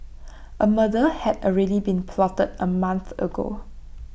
A murder had already been plotted A month ago